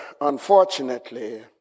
unfortunately